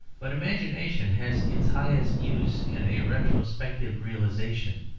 but imagination has its highest use in a retrospective realization.